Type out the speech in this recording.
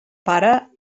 pare